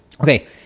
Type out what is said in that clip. Okay